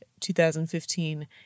2015